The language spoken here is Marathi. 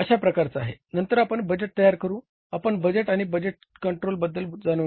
अशा प्रकारचा आहे नंतर आपण बजेट तयार करु आपण बजेट आणि बजेट कंट्रोल बद्दल जाणून घेऊ